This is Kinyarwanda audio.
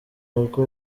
kuko